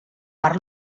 per